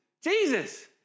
Jesus